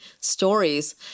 stories